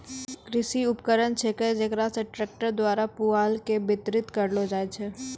कृषि उपकरण छेकै जेकरा से ट्रक्टर द्वारा पुआल के बितरित करलो जाय छै